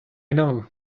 know